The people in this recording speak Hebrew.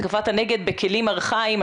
התקפת הנגד בכלים ארכאיים,